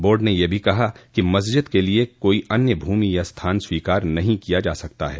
board ने यह भी कहा कि मस्जिद के लिये कोई अन्य भूमि या स्थान स्वीकार नहीं किया जा सकता है